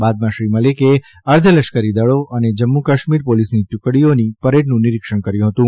બાદમાં શ્રી મલિકે અર્ધલશ્કરી દળો અને જમ્મુ કાશ્મીર પોલીસની ટુકડીઓની પરેડનું નિરીક્ષણ કર્યુ હતું